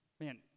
man